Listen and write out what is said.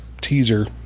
teaser